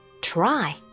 Try